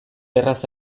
erraz